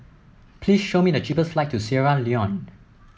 please show me the cheapest flight to Sierra Leone